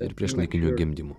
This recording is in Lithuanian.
ir priešlaikiniu gimdymu